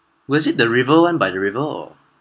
was it the river [one] by the river or